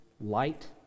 light